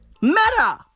Meta